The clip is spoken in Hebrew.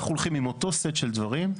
אחנו הולכים עם אותו סט של דברים,